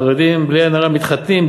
החרדים בלי עין הרע מתחתנים,